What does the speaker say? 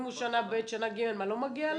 ואם הוא שנה ב', שנה ג', לא מגיע לו?